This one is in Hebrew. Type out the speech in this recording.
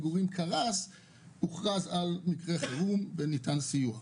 זה הוגדר כמקרה חרום וניתן סיוע.